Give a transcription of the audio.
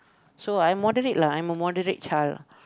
so I moderate lah I'm a moderate child